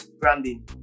branding